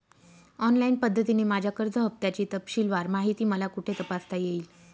Online पद्धतीने माझ्या कर्ज हफ्त्याची तपशीलवार माहिती मला कुठे तपासता येईल?